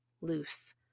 loose